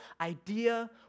idea